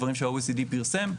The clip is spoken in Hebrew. דברים שה-OECD פרסם.